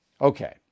Okay